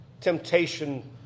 temptation